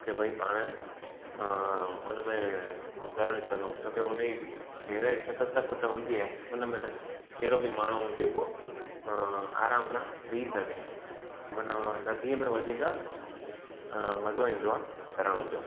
के भई पाणि हुन में तरी सघूं छो के हुनजी गहिराई छह सत फुट हूंदी आहे हुन में त कहिड़ो बि माण्हू हुजे उहो आराम सां बीहु सघे माना नदीअ में वधीक मज़ो ईंदो आहे तरण जो